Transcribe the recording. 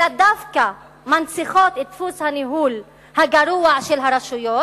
אלא דווקא מנציחות את דפוס הניהול הגרוע של הרשויות,